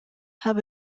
have